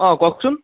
অ' কওকচোন